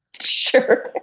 sure